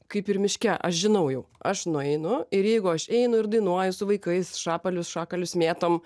kaip ir miške aš žinau jau aš nueinu ir jeigu aš einu ir dainuoju su vaikais šapalius šakalius mėtom